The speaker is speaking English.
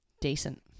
Decent